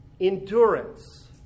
endurance